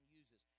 uses